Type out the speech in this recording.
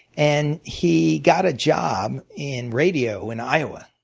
and he got a job in radio in iowa.